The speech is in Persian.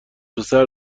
پسر